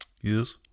Yes